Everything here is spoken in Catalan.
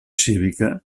cívica